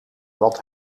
want